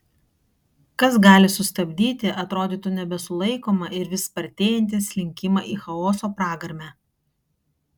kas gali sustabdyti atrodytų nebesulaikomą ir vis spartėjantį slinkimą į chaoso pragarmę